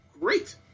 Great